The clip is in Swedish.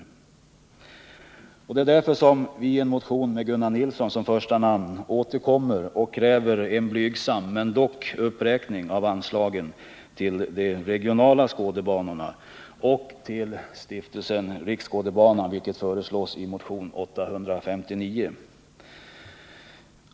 Det är anledningen till att vi dels i motion 649 med Gunnar Nilsson som första namn återkommer och kräver en blygsam men dock uppräkning av anslagen till de regionala skådebanorna, dels i motion 859 med Georg Andersson som första namn kräver en uppräkning av anslagen till Stiftelsen Riksskådebanan.